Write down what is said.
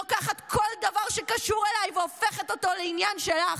לוקחת כל דבר שקשור אליי והופכת אותו לעניין שלך.